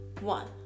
one